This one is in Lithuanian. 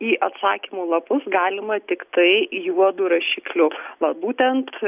į atsakymų lapus galima tiktai juodu rašikliu va būtent